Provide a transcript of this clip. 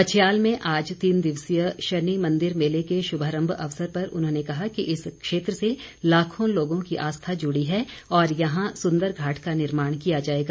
मच्छयाल में आज तीन दिवसीय शनि मन्दिर मेले के शुभारंभ अवसर पर उन्होंने कहा कि इस क्षेत्र से लाखों लोगों की आस्था जुड़ी है और यहां सुंदरघाट का निर्माण किया जाएगा